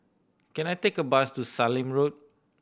can I take a bus to Sallim Road